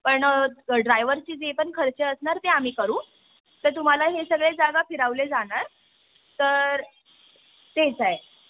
पण ड्रायव्हरचे जे पण खर्च असणार ते आम्ही करू तर तुम्हाला हे सगळे जागा फिरवले जाणार तर तेच आहे